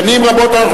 חבר הכנסת אחמד